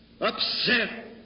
Upset